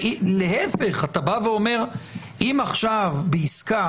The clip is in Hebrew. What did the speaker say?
להפך, אתה בא ואומר: אם עכשיו בעסקה